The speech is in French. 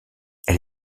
elle